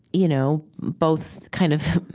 you know both kind of,